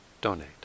donate